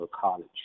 college